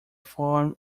form